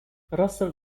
russell